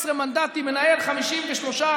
17 מנדטים מנהל 53,